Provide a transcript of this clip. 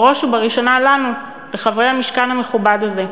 ובראש ובראשונה לנו, לחברי המשכן המכובד הזה,